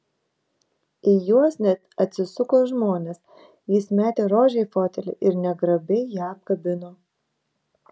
į juos net atsisuko žmonės jis metė rožę į fotelį ir negrabiai ją apkabino